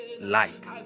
light